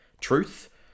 truth